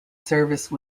service